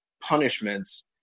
punishments